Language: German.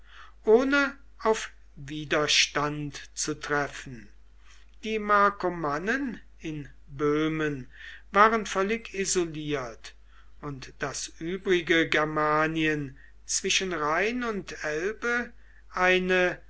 ohne auf widerstand zu treffen die markomannen in böhmen waren völlig isoliert und das übrige germanien zwischen rhein und elbe eine